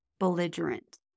Belligerent